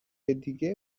دیگه